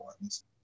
ones